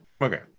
Okay